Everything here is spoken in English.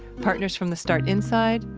partners from the start inside,